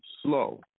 slow